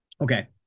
okay